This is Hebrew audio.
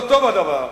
לא טוב הדבר.